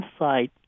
inside